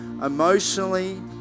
emotionally